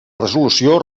resolució